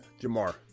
Jamar